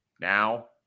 now